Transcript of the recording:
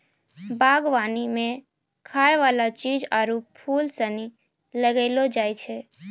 बागवानी मे खाय वाला चीज आरु फूल सनी लगैलो जाय छै